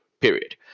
period